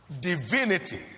divinity